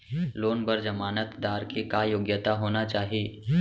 Loan बर जमानतदार के का योग्यता होना चाही?